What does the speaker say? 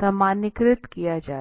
सामान्यीकृत किया जा सकता है